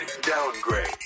Downgrade